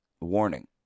Warning